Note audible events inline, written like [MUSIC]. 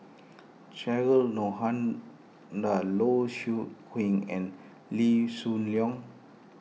Cheryl [UNINTELLIGIBLE] Low Siew [UNINTELLIGIBLE] and Lee Shoo Leong